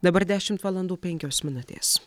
dabar dešimt valandų penkios minutės